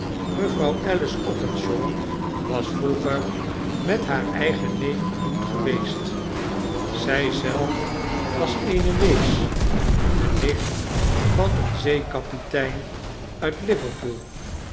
mevrouw alice openshaw was vroeger met haar eigen neef gehuwd geweest zij zelf was eene wees de nicht van een zeekapitein uit l iverpool